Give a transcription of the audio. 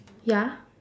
ya